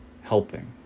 helping